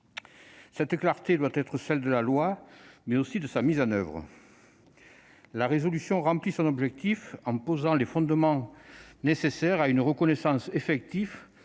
Cette clarté doit être celle de la loi, mais aussi celle de sa mise en oeuvre. La résolution atteint son objectif en posant les fondements nécessaires à une reconnaissance effective